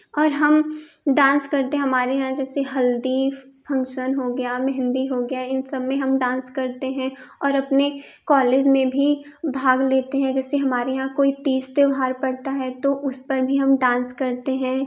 और हम डांस करते हमारे यहाँ जैसे हल्दी फंक्शन हो गया मेहंदी हो गया इन सब में हम डांस करते हैं और अपने कॉलेज में भी भाग लेते हैं जैसे हमारे यहाँ कोई तीज त्यौहार पड़ता है तो उस पर भी हम डांस करते हैं